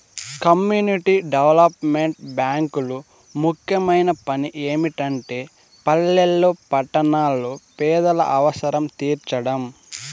community development బ్యేంకులు ముఖ్యమైన పని ఏమిటంటే పల్లెల్లో పట్టణాల్లో పేదల అవసరం తీర్చడం